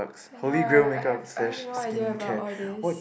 I know right I have I have no idea about all this